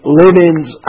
linens